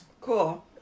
Cool